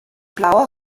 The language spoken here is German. blauer